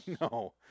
No